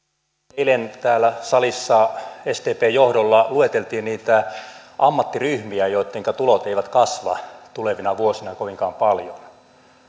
eilen täällä salissa sdpn johdolla lueteltiin niitä ammattiryhmiä joittenka tulot eivät kasva tulevina vuosina kovinkaan paljon